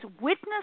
witness